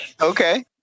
Okay